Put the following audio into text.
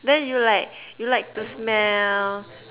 then you like you like to smell